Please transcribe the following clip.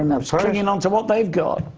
um um sort of and on to what they've got.